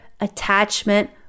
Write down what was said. attachment